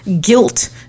guilt